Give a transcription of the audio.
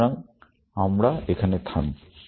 সুতরাং আমরা এখানে থামি